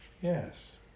yes